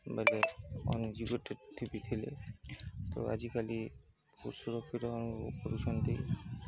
ବଲେ ଆଜିକାଲି କରୁଛନ୍ତି